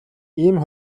ийм